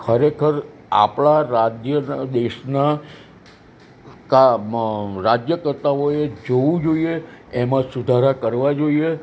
ખરેખર આપણાં રાજ્યનાં દેશનાં કામ રાજ્ય કરતાં હોય એ જોવું જોઈએ એમાં સુધારા કરવા જોઈએ